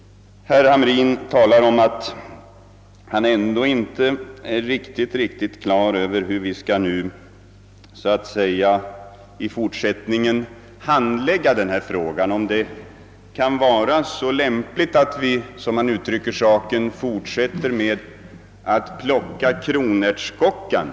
Herr Hamrin i Kalmar talar om att han ändå inte har klart för sig hur vi i fortsättningen skall kunna handlägga denna fråga. Är det, som han uttrycker saken, så lämpligt att vi fortsätter med att »plocka kronärtskockan»?